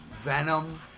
Venom